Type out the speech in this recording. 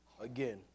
Again